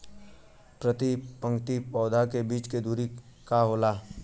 प्रति पंक्ति पौधे के बीच के दुरी का होला?